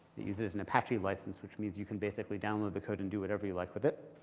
it uses an apache license, which means you can basically download the code and do whatever you like with it.